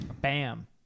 Bam